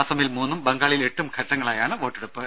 അസമിൽ മൂന്നും ബംഗാളിൽ എട്ടും ഘട്ടങ്ങളായാണ് വോട്ടെടുപ്പ്